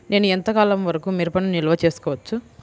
నేను ఎంత కాలం వరకు మిరపను నిల్వ చేసుకోవచ్చు?